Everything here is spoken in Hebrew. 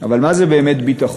אבל מה זה באמת ביטחון?